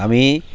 আমি